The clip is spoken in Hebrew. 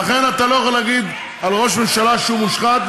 ולכן אתה לא יכול להגיד על ראש ממשלה שהוא מושחת,